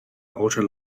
ultra